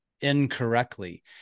incorrectly